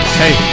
hey